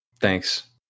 Thanks